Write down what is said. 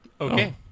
Okay